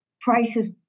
prices